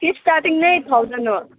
कि स्टार्टिङ नै थाउजन हो